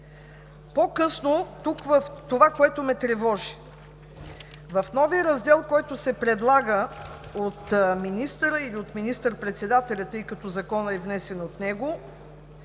този начин. И това, което ме тревожи в новия раздел, който се предлага от министъра или от министър-председателя, тъй като Законът е внесен от него.